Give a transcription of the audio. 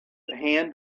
hand